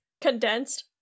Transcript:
Condensed